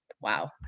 wow